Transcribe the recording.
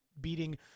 beating